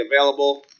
available